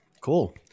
Cool